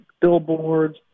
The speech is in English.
billboards